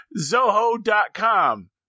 Zoho.com